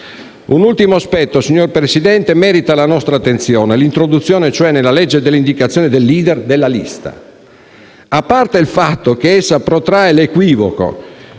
Un ultimo aspetto, signor Presidente, merita la nostra attenzione: l'introduzione nella legge dell'indicazione del *leader* della lista. A parte il fatto che essa protrae l'equivoco